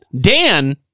Dan